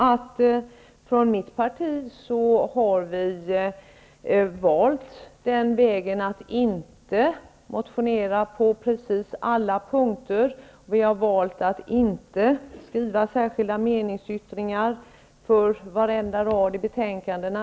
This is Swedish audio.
Men vi i mitt parti har valt att inte motionera på precis alla punkter. Vi har också valt att inte avge särskilda meningsyttringar med anledning av vad som sägs på varenda rad i betänkandena.